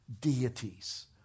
deities